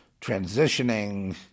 transitioning